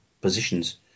positions